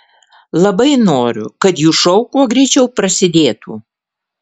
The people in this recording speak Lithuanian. labai noriu kad jų šou kuo greičiau prasidėtų